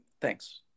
Thanks